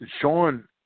Sean